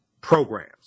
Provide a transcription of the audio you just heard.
programs